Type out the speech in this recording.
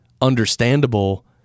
understandable